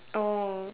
oh